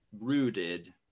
rooted